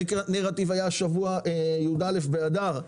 היה השבוע י"א באדר,